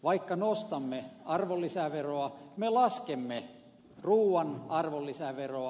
vaikka nostamme arvonlisäveroa me laskemme ruuan arvonlisäveroa